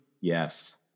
Yes